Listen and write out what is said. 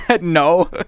no